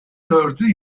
dördü